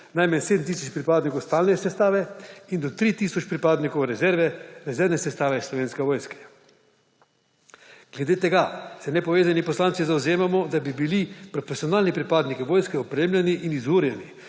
najmanj 7 tisoč pripadnikov stalne sestave in do 3 tisoč pripadnikov rezervne sestave Slovenske vojske. Glede tega se nepovezani poslanci zavzemamo, da bi bili profesionalni pripadniki vojske opremljeni in izurjeni